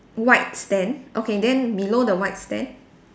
white stand okay then below the white stand